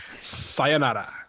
sayonara